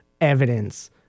evidence